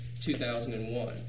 2001